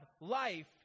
life